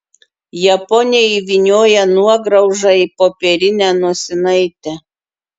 japonė įvynioja nuograužą į popierinę nosinaitę